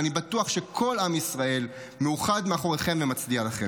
ואני בטוח שכל עם ישראל מאוחד מאחוריכם ומצדיע לכם.